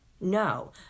No